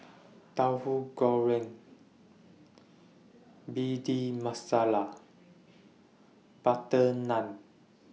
Tahu Goreng Bhindi Masala Butter Naan